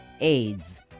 AIDS